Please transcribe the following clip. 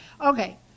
Okay